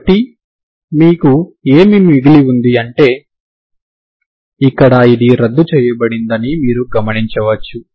కాబట్టి మీకు ఏమి మిగిలి ఉంది అంటే ఇక్కడ ఇది రద్దు చేయబడిందని మీరు గమనించవచ్చు